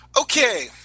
Okay